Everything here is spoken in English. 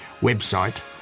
website